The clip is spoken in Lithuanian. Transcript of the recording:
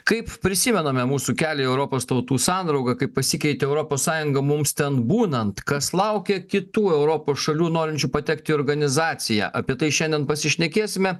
kaip prisimename mūsų kelią į europos tautų sandraugą kaip pasikeitė europos sąjunga mums ten būnant kas laukia kitų europos šalių norinčių patekt į organizaciją apie tai šiandien pasišnekėsime